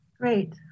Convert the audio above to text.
Great